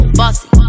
bossy